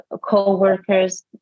co-workers